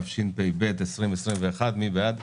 התשפ"ב 2021. מי בעד?